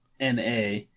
na